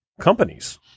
companies